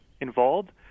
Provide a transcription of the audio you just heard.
involved